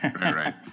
right